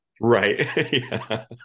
Right